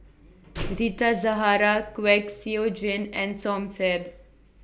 Rita Zahara Kwek Siew Jin and Som Said